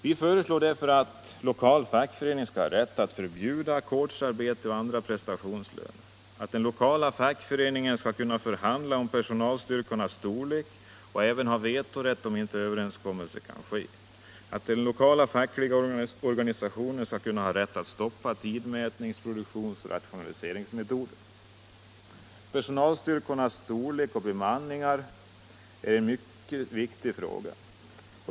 Vi föreslår därför att lokal fackförening skall ha rätt alt förbjuda ackordsarbete och andra prestationslöner, att den lokala fackföreningen skall kunna förhandla om personalstyrkornas storlek och även ha vetorätt om inte överenskommelse kan träffas, att den lokala fackliga organisationen skall ha rätt att stoppa tidmätnings-, produktions och rationaliseringsmetoder. Personalstyrkornas storlek är en mycket viktig fråga.